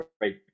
right